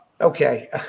okay